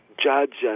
judge